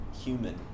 human